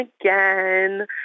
again